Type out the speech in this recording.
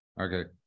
Okay